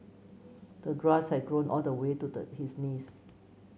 the grass had grown all the way to the his knees